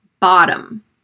Bottom